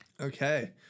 Okay